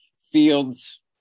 Fields